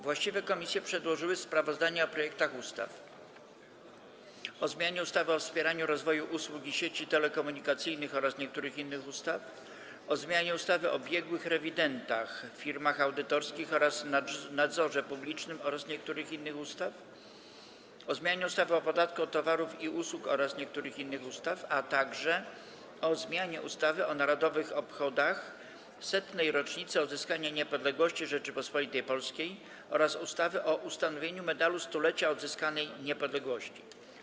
Właściwe komisje przedłożyły sprawozdania o projektach ustaw: - o zmianie ustawy o wspieraniu rozwoju usługi sieci telekomunikacyjnych oraz niektórych innych ustaw, - o zmianie ustawy o biegłych rewidentach, firmach audytorskich oraz nadzorze publicznym oraz niektórych innych ustaw, - o zmianie ustawy o podatku od towarów i usług oraz niektórych innych ustaw, - o zmianie ustawy o Narodowych Obchodach Setnej Rocznicy Odzyskania Niepodległości Rzeczypospolitej Polskiej oraz ustawy o ustanowieniu Medalu Stulecia Odzyskanej Niepodległości.